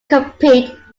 compete